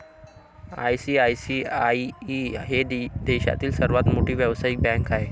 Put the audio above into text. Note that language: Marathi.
आई.सी.आई.सी.आई ही देशातील सर्वात मोठी व्यावसायिक बँक आहे